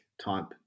type